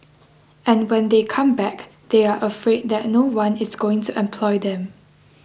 and when they come back they are afraid that no one is going to employ them